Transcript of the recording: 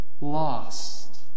lost